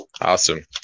Awesome